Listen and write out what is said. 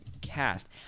cast